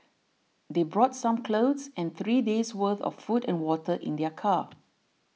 they brought some clothes and three days worth of food and water in their car